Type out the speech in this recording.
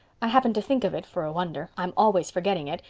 i happened to think of it, for a wonder. i'm always forgetting it.